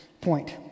point